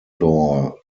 door